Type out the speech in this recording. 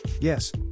Yes